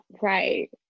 right